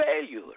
failure